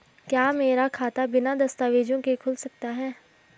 क्या मेरा खाता बिना दस्तावेज़ों के खुल सकता है?